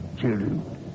Children